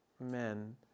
men